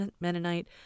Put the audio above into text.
Mennonite